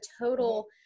total